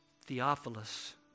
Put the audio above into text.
Theophilus